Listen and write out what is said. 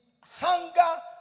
hunger